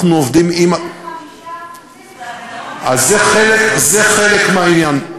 אנחנו עובדים עם, לכן 5% זה הפתרון האידיאלי.